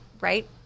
right